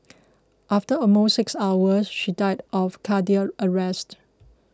after almost six hours she died of cardiac arrest